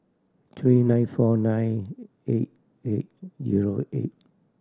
three nine four nine eight eight zero eight